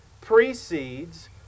precedes